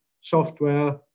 software